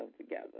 together